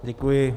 Děkuji.